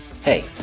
Hey